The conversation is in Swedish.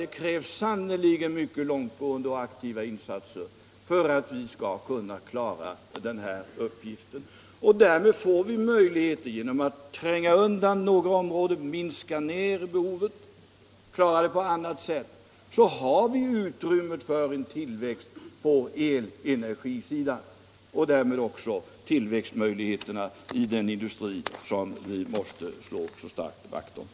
Det krävs sannerligen långtgående och aktiva insatser för att vi skall kunna klara den uppgiften. Genom att tränga undan eller minska behovet på några områden får vi utrymme för en tillväxt på elenergisidan och därmed också tillväxtmöjligheter för den industri som vi måste så starkt slå vakt om.